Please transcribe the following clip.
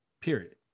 period